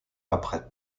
après